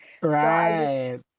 Right